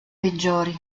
peggiori